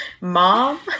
Mom